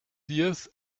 seers